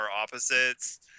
opposites